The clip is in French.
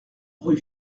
rue